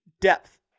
depth